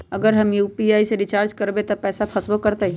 अगर हम यू.पी.आई से रिचार्ज करबै त पैसा फसबो करतई?